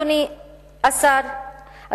אדוני השר,